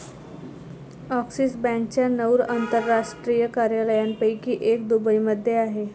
axis बँकेच्या नऊ आंतरराष्ट्रीय कार्यालयांपैकी एक दुबईमध्ये आहे